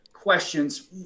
questions